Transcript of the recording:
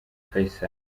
faisal